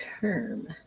term